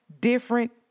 different